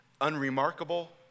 unremarkable